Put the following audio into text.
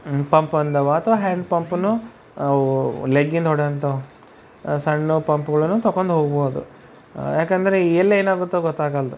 pump ಬಂದವ ಅಥವಾ hand ಪಂಪನ್ನೂ ಲೆಗ್ಗಿಂದ ಹೊಡೆವಂತವು ಸಣ್ಣ ಪಂಪ್ಗಳನ್ನೂ ತೊಕೊಂಡು ಹೋಗಬಹುದು ಯಾಕಂದ್ರೆ ಎಲ್ಲಿ ಏನಾಗುತ್ತೋ ಗೊತ್ತಾಗಲ್ದು